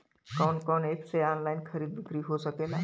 कवन कवन एप से ऑनलाइन खरीद बिक्री हो सकेला?